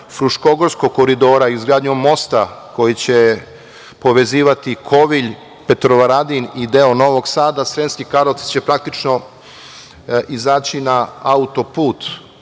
Fruškogorskog koridora, izgradnjom mosta, koji će povezivati Kovilj, Petrovaradin i deo Novog Sada, Sremski Krlovci će, praktično izaći na auto-put,